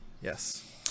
Yes